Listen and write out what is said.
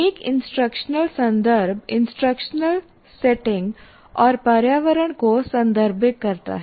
एक इंस्ट्रक्शनल संदर्भ instructional settings और पर्यावरण को संदर्भित करता है